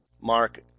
Mark